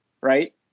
right